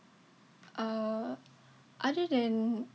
uh other than